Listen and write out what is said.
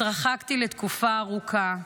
התרחקתי לתקופה ארוכה.